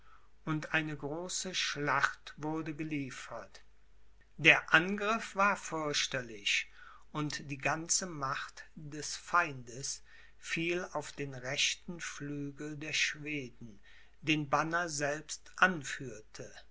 und eine große schlacht wurde geliefert der angriff war fürchterlich und die ganze macht des feindes fiel auf den rechten flügel der schweden den banner selbst anführte